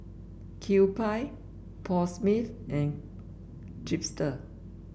Kewpie Paul Smith and Chipster